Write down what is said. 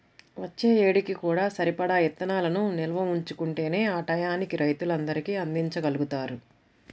వచ్చే ఏడుకి కూడా సరిపడా ఇత్తనాలను నిల్వ ఉంచుకుంటేనే ఆ టైయ్యానికి రైతులందరికీ అందిచ్చగలుగుతారు